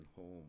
home